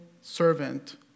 servant